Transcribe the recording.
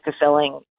fulfilling